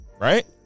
Right